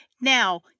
now